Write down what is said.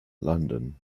london